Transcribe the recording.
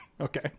Okay